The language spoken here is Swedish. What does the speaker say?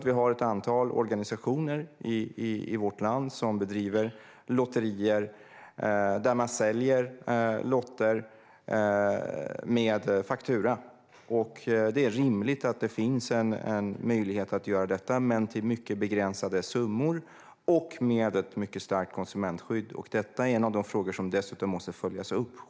Vi har ett antal organisationer i vårt land som bedriver lotterier där man säljer lotter med faktura. Det är rimligt att det finns en möjlighet att göra detta, men det ska då röra sig om mycket begränsade summor och ett mycket starkt konsumentskydd. Detta är en av de frågor som dessutom måste följas upp.